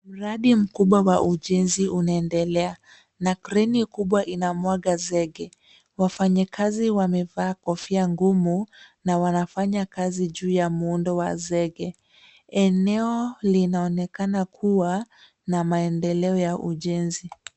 Mradi mkubwa wa ujenzi unaendelea, na kreni kubwa inamwaga zege, wafanyikazi wamevaa kofia ngumu na wanafanya kazi juu ya muundo wa zege, eneo linaonekana kuwa na maendeleo ya ujenzi.